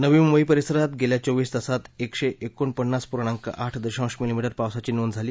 नवी मुंबई परिसरात गेल्या चोवीस तासात एकशे एकोणपन्नास पूर्णांक आठ दशांश मिलीमीटर पावसाची नोंद झाली